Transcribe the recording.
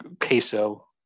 queso